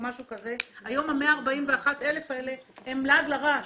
היום ה-141,000 האלה הם לעג לרש,